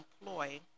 employ